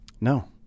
No